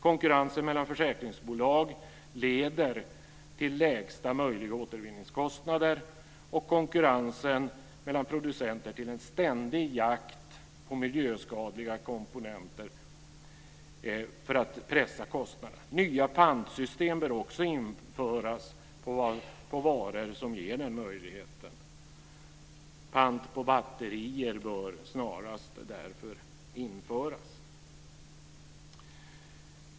Konkurrensen mellan försäkringsbolag leder till lägsta möjliga återvinningskostnader och konkurrensen mellan producenter till en ständig jakt på miljöskadliga komponenter för att pressa kostnader. Nya pantsystem bör också införas på varor som ger den möjligheten. Pant på batterier bör snarast införas.